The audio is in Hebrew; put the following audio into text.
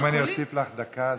אם אוסיף לך דקה,